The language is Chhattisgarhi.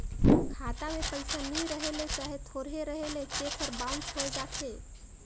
खाता में पइसा नी रहें ले चहे थोरहें रहे ले चेक हर बाउंस होए जाथे